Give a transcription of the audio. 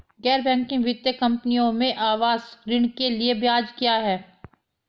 गैर बैंकिंग वित्तीय कंपनियों में आवास ऋण के लिए ब्याज क्या है?